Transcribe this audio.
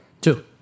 Two